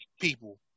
people